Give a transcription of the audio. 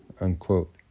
unquote